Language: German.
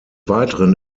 weiteren